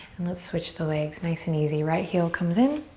let's switch the legs nice and easy. right heel comes in.